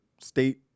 state